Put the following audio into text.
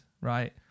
right